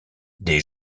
des